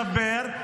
נגמל,